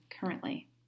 currently